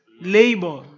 Labor